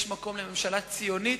יש מקום לממשלה ציונית,